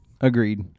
Agreed